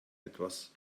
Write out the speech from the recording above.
etwas